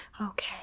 Okay